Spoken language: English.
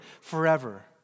forever